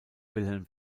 wilhelm